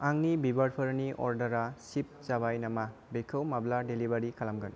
आंनि बिबारफोरनि अर्डारा शिप जाबाय नामा बेखौ माब्ला डिलिभारि खालामगोन